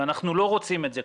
ואנחנו לא רוצים את זה,